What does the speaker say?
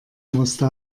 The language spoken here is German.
musste